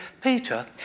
Peter